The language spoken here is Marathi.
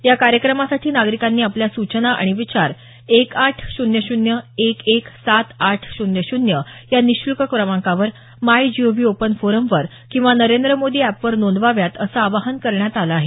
या कार्यक्रमासाठी नागरिकांनी आपल्या सूचना आणि विचार एक आठ शून्य शून्य एक एक सात आठ शून्य शून्य या निशूल्क क्रमांकावर माय जीओव्ही ओपन फोरमवर किंवा नरेंद्र मोदी एपवर नोंदवाव्यात असं आवाहन करण्यात आलं आहे